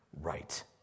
right